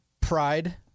pride